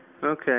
Okay